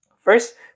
First